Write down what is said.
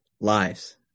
lives